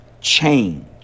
change